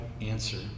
answer